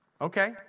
Okay